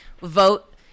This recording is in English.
vote